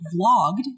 vlogged